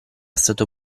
stato